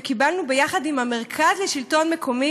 וקיבלנו יחד עם המרכז לשלטון מקומי,